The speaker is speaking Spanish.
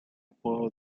apodo